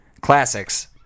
Classics